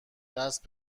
دست